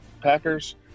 Packers